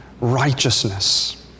righteousness